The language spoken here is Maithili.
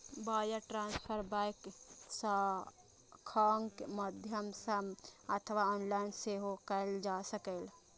वायर ट्रांसफर बैंक शाखाक माध्यम सं अथवा ऑनलाइन सेहो कैल जा सकैए